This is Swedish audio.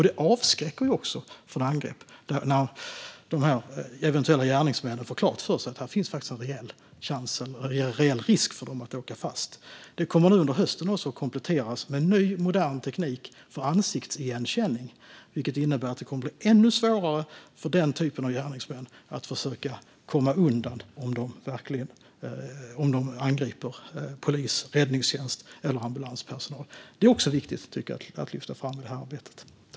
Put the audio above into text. Det avskräcker också från angrepp när de eventuella gärningsmännen får klart för sig att det finns en reell risk för dem att åka fast. Detta kommer nu under hösten att kompletteras med ny modern teknik för ansiktsigenkänning, vilket innebär att det kommer att bli ännu svårare för den typen av gärningsmän att försöka komma undan om de angriper polis, räddningstjänst eller ambulanspersonal. Det tycker jag också är viktigt att lyfta fram i det här arbetet.